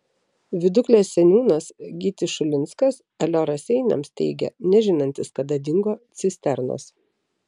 viduklės seniūnas gytis šulinskas alio raseiniams teigė nežinantis kada dingo cisternos